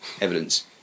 evidence